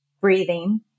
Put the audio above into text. breathing